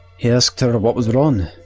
he asked her what was wrong,